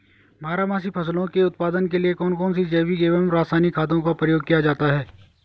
बारहमासी फसलों के उत्पादन के लिए कौन कौन से जैविक एवं रासायनिक खादों का प्रयोग किया जाता है?